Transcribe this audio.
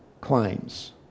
claims